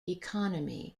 economy